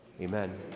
Amen